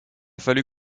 fallu